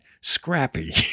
Scrappy